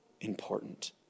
important